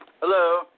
Hello